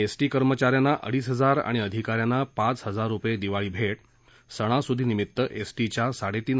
ST कर्मचा यांना अडीच हजार आणि अधिका यांना पाच हजार रुपये दिवाळी भेट सणासुदीनिमित्त एसटीच्या साडेतीन